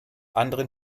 anderen